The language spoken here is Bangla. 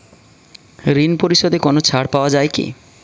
ঋণ পরিশধে কোনো ছাড় পাওয়া যায় কি?